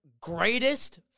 greatest